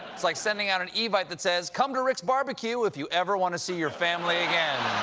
it's like sending out an evite that says, come to rick's barbecue! if you ever want to see your family again.